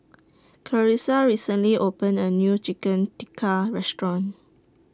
Clarissa recently opened A New Chicken Tikka Restaurant